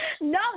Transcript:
No